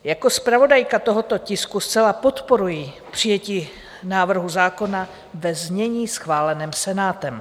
Jako zpravodajka tohoto tisku zcela podporuji přijetí návrhu zákona ve znění schváleném Senátem.